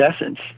essence